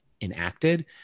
enacted